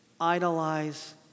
idolize